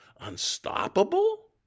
Unstoppable